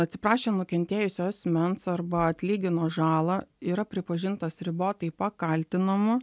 atsiprašė nukentėjusio asmens arba atlygino žalą yra pripažintas ribotai pakaltinamu